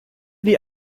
die